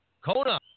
Kona